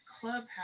Clubhouse